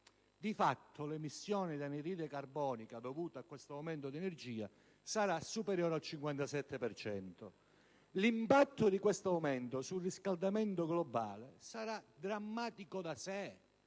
Di fatto, l'emissione di anidride carbonica dovuta a questo aumento di energia sarà superiore al 57 per cento. L'impatto di questo aumento sul riscaldamento globale sarà drammatico da sé,